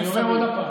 אני אומר עוד פעם,